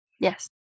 Yes